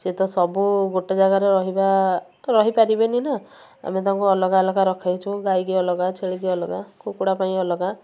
ସେ ତ ସବୁ ଗୋଟେ ଜାଗାରେ ରହିବା ରହିପାରିବେନି ନା ଆମେ ତାଙ୍କୁ ଅଲଗା ଅଲଗା ରଖେଇଛୁ ଗାଈକି ଅଲଗା ଛେଳିକି ଅଲଗା କୁକୁଡ଼ା ପାଇଁ ଅଲଗା